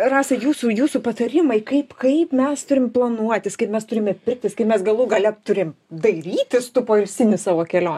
rasa jūsų jūsų patarimai kaip kaip mes turim planuotis kaip mes turime pirktis kai mes galų gale turim dairytis tų poilsinių savo kelionių